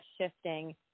shifting